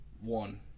one